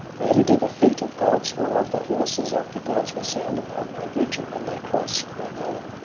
rarely do the feet of gods or of the horses of the gods resound upon my bridge and, when they cross, i know.